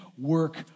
work